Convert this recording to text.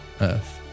Earth